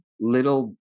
little